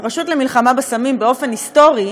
הרשות למלחמה בסמים, באופן היסטורי,